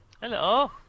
Hello